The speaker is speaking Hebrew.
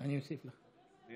אני אוסיף לך, הינה.